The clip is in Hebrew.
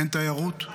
אין תיירות,